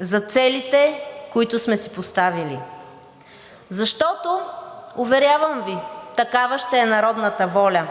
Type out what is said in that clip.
за целите, които сме си поставили. Защото, уверявам Ви, такава ще е народната воля.